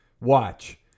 Watch